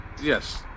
Yes